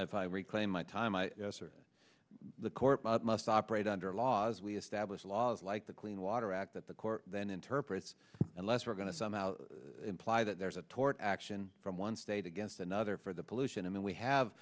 reclaim my time i serve the court must operate under laws we establish laws like the clean water act that the court then interprets unless we're going to somehow imply that there's a tort action from one state against another for the pollution i'm in we have